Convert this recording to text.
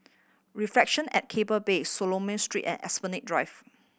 Reflection at Keppel Bay Solomon Street and Esplanade Drive